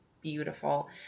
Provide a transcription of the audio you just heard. beautiful